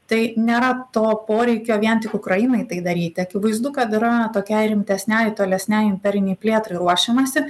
tai nėra to poreikio vien tik ukrainai tai daryti akivaizdu kad yra tokiai rimtesnei tolesnei imperinei plėtrai ruošiamasi